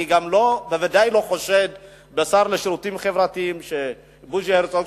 אני בוודאי לא חושד בשר לשירותים חברתיים בוז'י הרצוג,